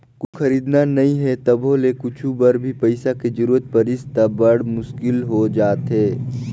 कुछु खरीदना नइ हे तभो ले कुछु बर भी पइसा के जरूरत परिस त बड़ मुस्कुल हो जाथे